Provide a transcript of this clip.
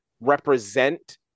represent